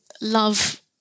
love